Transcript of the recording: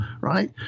right